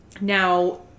Now